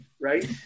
Right